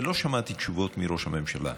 ולא שמעתי תשובות מראש הממשלה,